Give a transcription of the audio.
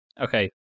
Okay